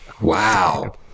Wow